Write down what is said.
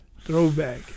Throwback